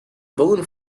bone